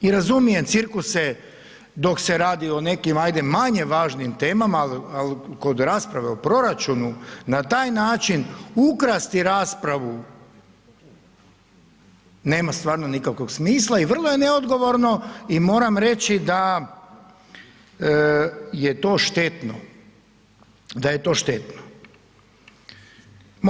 I razumijem cirkuse dok se radi o nekim ajde manje važnim temama ali kod rasprave o proračunu na taj način ukrasti raspravu nema stvarno nikakvog smisla i vrlo je neodgovorno i moram reći da je to štetno, da je to štetno.